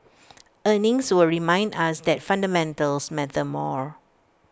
earnings will remind us that fundamentals matter more